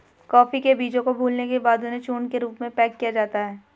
coffee के बीजों को भूलने के बाद उन्हें चूर्ण के रूप में पैक किया जाता है